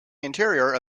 interior